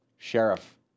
Sheriff